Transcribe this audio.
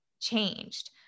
changed